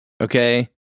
Okay